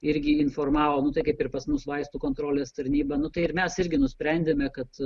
irgi informavom tai kaip ir pas mus vaistų kontrolės tarnyba nu tai ir mes irgi nusprendėme kad